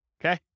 Okay